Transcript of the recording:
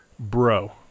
bro